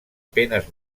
penes